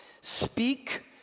Speak